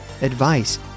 advice